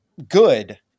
good